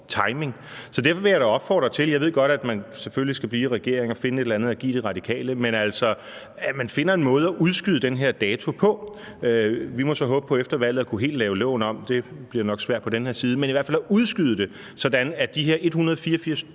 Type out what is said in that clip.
timing. Så derfor vil jeg da opfordre til – selv om jeg godt ved, at man for at blive i regering selvfølgelig skal finde et eller andet at give De Radikale – at man finder en måde at udskyde den her dato på. Vi må så håbe på efter valget at kunne lave loven helt om; det bliver nok svært på den her side. Men man kan i hvert fald udskyde det, sådan at de her